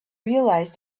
realize